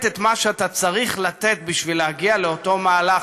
את מה שאתה צריך לתת בשביל להגיע לאותו מהלך.